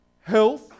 health